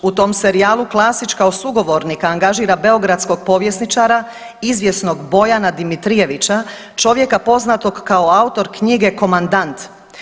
U tom serijalu Klasić kao sugovornik angažira beogradskog povjesničara izvjesnog Bojana Dimitrijevića, čovjeka poznatog kao autor knjige komandant.